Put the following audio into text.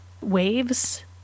waves